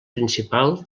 principal